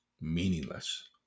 meaningless